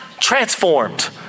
transformed